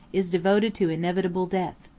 is devoted to inevitable death.